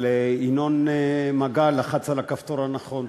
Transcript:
אבל ינון מגל לחץ על הכפתור הנכון.